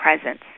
presence